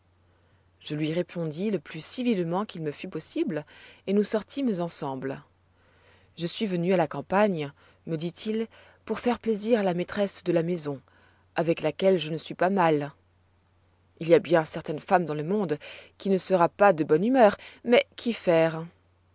je lui répondis le plus civilement qu'il me fut possible et nous sortîmes ensemble je suis venu à la campagne me dit-il pour faire plaisir à la maîtresse de maison avec laquelle je ne suis pas mal il y a bien certaine femme dans le monde qui pestera un peu mais